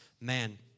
man